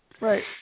Right